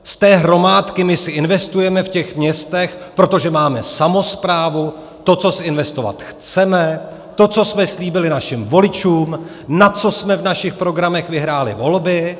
Z té hromádky my si investujeme v těch městech protože máme samosprávu to, co zinvestovat chceme, to, co jsme slíbili našim voličům, na co jsme v našich programech vyhráli volby.